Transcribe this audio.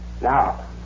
Now